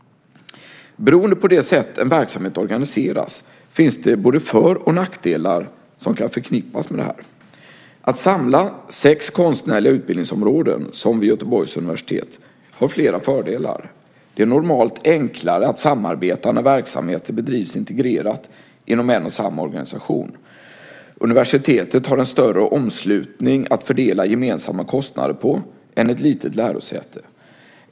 Beroende på det sätt en verksamhet organiseras finns det både för och nackdelar som kan förknippas med detta. Att samla sex konstnärliga utbildningsområden, som vid Göteborgs universitet, har flera fördelar. Det är normalt enklare att samarbeta när verksamheter bedrivs integrerat inom en och samma organisation. Universitetet har en större omslutning att fördela gemensamma kostnader på än ett litet lärosäte.